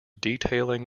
detailing